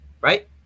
right